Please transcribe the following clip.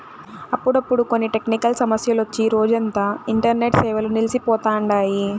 అప్పుడప్పుడు కొన్ని టెక్నికల్ సమస్యలొచ్చి రోజంతా ఇంటర్నెట్ సేవలు నిల్సి పోతండాయి